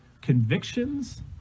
convictions